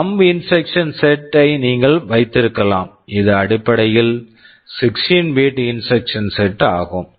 thumb instruction set thumb instruction set ஐ நீங்கள் வைத்திருக்கலாம் இது அடிப்படையில் 16 bit bit instruction set instruction set ஆகும்